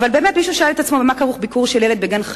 באמת מישהו שאל את עצמו במה כרוך ביקור של ילד בגן-חיות?